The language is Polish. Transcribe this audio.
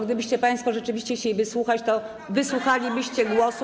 Gdybyście państwo rzeczywiście chcieli wysłuchać, to wysłuchalibyście głosu.